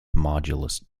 modulus